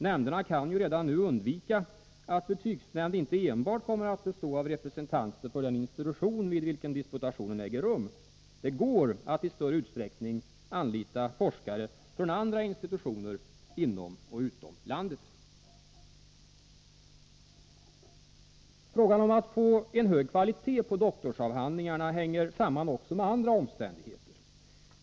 Nämnderna kan redan nu undvika att betygsnämnd enbart kommer att bestå av representanter för den institution vid vilken disputationen äger rum. Det går att i större utsträckning anlita forskare från andra institutioner inom och utom landet. Frågan om att få en hög kvalitet på doktorsavhandlingarna hänger samman också med andra omständigheter.